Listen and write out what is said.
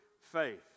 faith